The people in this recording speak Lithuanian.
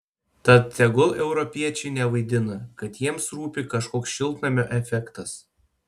tad tegul europiečiai nevaidina kad jiems rūpi kažkoks šiltnamio efektas